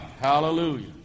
Hallelujah